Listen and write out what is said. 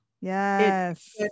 yes